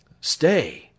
Stay